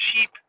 cheap